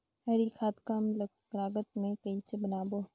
हरी खाद कम लागत मे कइसे बनाबो?